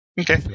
Okay